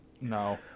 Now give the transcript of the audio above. No